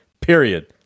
period